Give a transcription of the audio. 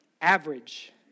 average